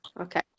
okay